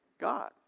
God